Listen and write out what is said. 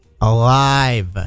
alive